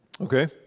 okay